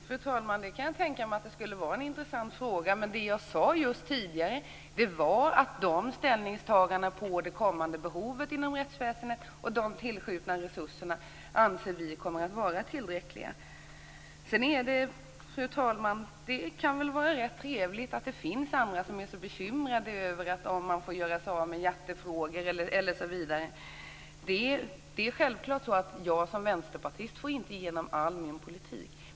Fru talman! Jag kan tänka mig att det skulle vara en intressant fråga. Men det jag sade tidigare var just att vi anser att ställningstagandena om det kommande behovet inom rättsväsendet och de tillskjutna resurserna kommer att vara tillräckliga. Sedan, fru talman, kan det väl vara rätt trevligt att det finns andra som är så bekymrade över att man får göra sig av med hjärtefrågor osv. Det är självklart så att jag som vänsterpartist inte får igenom all min politik.